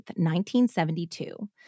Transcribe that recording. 1972